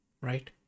right